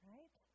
Right